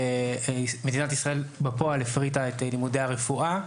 מדינת ישראל בפועל הפריטה את לימודי הרפואה.